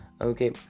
okay